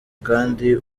kandi